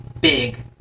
Big